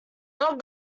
not